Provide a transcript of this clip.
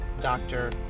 doctor